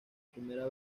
primera